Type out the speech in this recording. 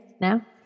now